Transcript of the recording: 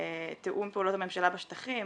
תיאום פעולות הממשלה בשטחים,